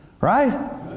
Right